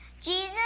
Jesus